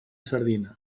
sardina